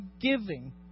giving